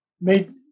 made